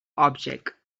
object